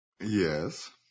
Yes